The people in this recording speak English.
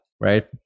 right